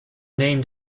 named